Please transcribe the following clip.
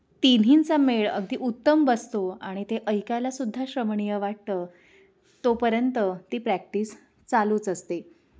तिन्हींचा मेळ अगदी उत्तम बसतो आणि ते ऐकायलासुद्धा श्रवणीय वाटतं तोपर्यंत ती प्रॅक्टिस चालूच असते